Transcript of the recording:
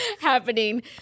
happening